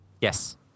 Yes